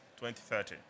2030